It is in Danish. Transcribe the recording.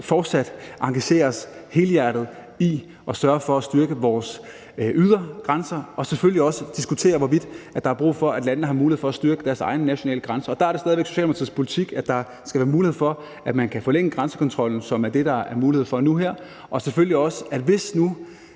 fortsat engagerer os helhjertet i at sørge for at styrke vores ydre grænser og selvfølgelig også diskuterer, hvorvidt der er brug for, at landene har mulighed for at styrke deres egne nationale grænser. Og der er det stadig væk Socialdemokratiets politik, at der skal være mulighed for, at man kan forlænge grænsekontrollen, hvilket er det, der er mulighed for nu her, og selvfølgelig også, at hvis nu